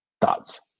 Thoughts